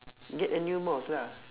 get a new mouse lah